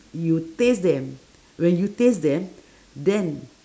you taste them when you taste them then